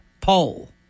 poll